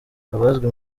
abazwi